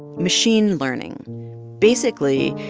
machine learning basically,